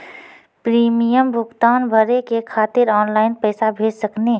Premium भुगतान भरे के खातिर ऑनलाइन पैसा भेज सकनी?